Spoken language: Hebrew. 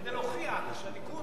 כדי להוכיח שהליכוד,